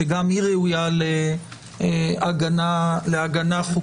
שגם היא ראויה להגנה חוקתית.